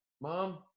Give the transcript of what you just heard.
mom